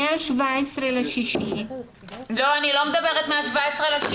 מה-17.6 --- לא, אני לא מדברת מה-17.6.